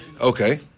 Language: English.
Okay